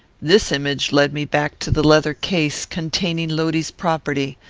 this image led me back to the leather case containing lodi's property,